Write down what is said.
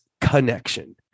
connection